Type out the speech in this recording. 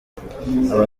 aba